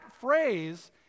phrase